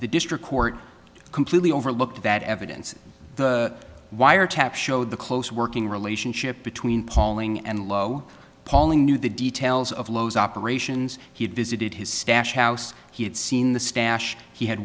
the district court completely overlooked that evidence wiretap showed the close working relationship between polling and low polling knew the details of loads operations he had visited his stash house he had seen the stash he had